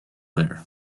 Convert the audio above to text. here